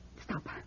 Stop